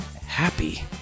happy